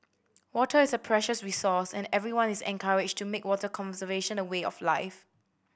water is a precious resource and everyone is encouraged to make water conservation a way of life